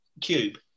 cube